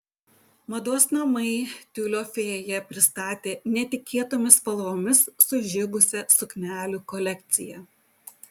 mados namai tiulio fėja pristatė netikėtomis spalvomis sužibusią suknelių kolekciją